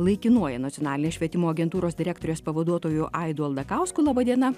laikinuoju nacionalinės švietimo agentūros direktorės pavaduotoju aidu aldakausku laba diena